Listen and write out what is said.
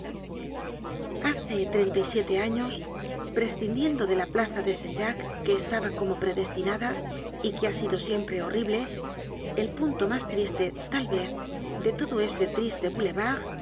hace treinta y siete años prescindiendo de la plaza de saint jacques que estaba como predestinada y que ha sido siempre horrible el punto mas triste tal vez de todo ese triste boulevard